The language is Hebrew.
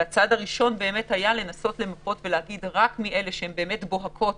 והצעד הראשון היה לנסות למפות ולסמן רק את המדינות שהן באמת בוהקות.